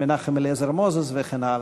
מנחם אליעזר מוזס וכן הלאה.